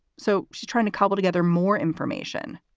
so she's trying to cobble together more information.